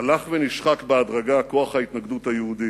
הלך ונשחק בהדרגה כוח ההתנגדות היהודי.